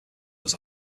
was